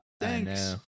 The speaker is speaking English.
thanks